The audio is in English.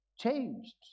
changed